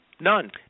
None